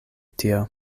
tio